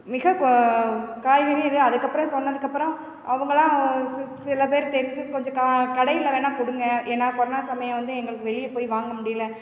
மிக கொ காய்கறி எதையோ அதுக்கப்புறம் சொன்னதுக்கு அப்புறம் அவங்களாம் சி சில பேர் தெரிஞ்சு கொஞ்சம் க கடையில் வேணால் கொடுங்க ஏன்னால் கொரோனா சமயம் வந்து எங்களுக்கு வெளியே போய் வாங்க முடியல